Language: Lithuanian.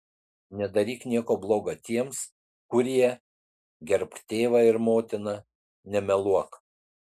nedaryk nieko bloga tiems kurie gerbk tėvą ir motiną nemeluok